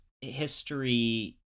history